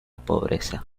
pobreza